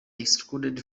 excluded